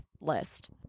list